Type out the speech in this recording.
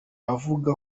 abavuga